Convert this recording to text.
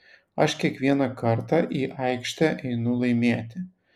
aš kiekvieną kartą į aikštę einu laimėti